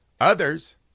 others